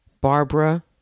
Barbara